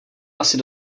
asi